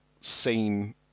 scene